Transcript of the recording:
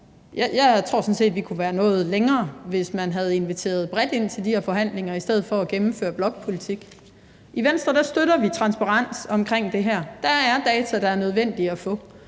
jeg tror sådan set, vi kunne være nået længere, hvis man havde inviteret bredt ind til de her forhandlinger i stedet for at gennemføre blokpolitik. I Venstre støtter vi transparens omkring det her. Der er data, der er nødvendige at få.